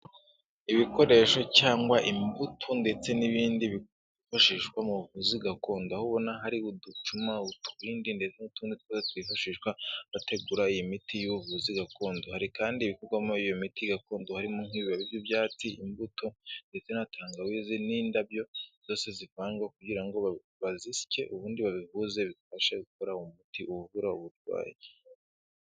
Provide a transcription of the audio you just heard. Ibikoresho cyangwa imbuto ndetse n'ibindi byifashishwa mu buvuzi gakondo aho ubona hari uducuma utubindi ndetse n'utundi twose twifashishwa bategura iyi miti y'ubuvuzi gakondo, hari kandi ibikorwamo iyo miti gakondo harimo nk'ibiba by'ibyatsi, imbuto ndetse na tangawizi n'indabyo zose zivanga kugira ngo bazisye ubundi babivuze bibafashe gukora uwo muti uvura uburwayi.